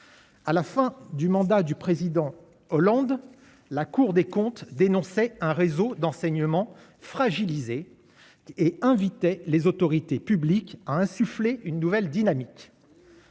à la fin du mandat du président Hollande la Cour des comptes dénonçait un réseau d'enseignement fragilisé et invitait les autorités publiques à insuffler une nouvelle dynamique.